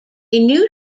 new